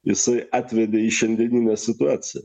jisai atvedė į šiandieninę situaciją